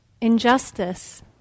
Injustice